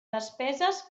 despeses